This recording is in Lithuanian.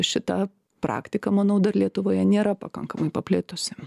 šita praktika manau dar lietuvoje nėra pakankamai paplitusi